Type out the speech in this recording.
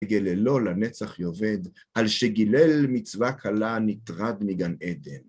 כגללו לנצח יאבד, על שגילל מצווה קלה נטרד מגן עדן.